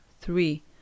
three